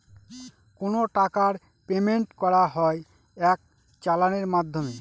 কোনো টাকার পেমেন্ট করা হয় এক চালানের মাধ্যমে